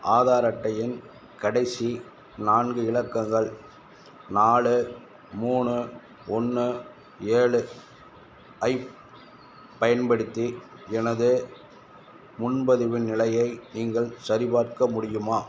ஆதார் அட்டையின் கடைசி நான்கு இலக்கங்கள் நாலு மூணு ஒன்று ஏழு ஐப் பயன்படுத்தி எனது முன்பதிவின் நிலையை நீங்கள் சரிபார்க்க முடியுமா